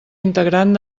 integrant